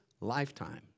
lifetime